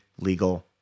legal